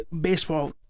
baseball